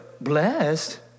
blessed